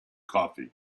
coffee